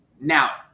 Now